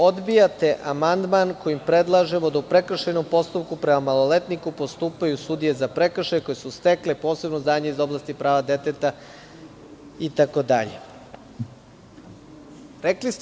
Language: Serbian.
Odbijate amandman kojim predlažemo da u prekršajnom postupku prema maloletniku postupaju sudije za prekršaje koje su stekle posebno znanje iz oblasti prava deteta i tako dalje.